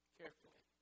carefully